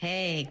Hey